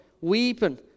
weeping